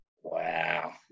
Wow